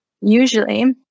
usually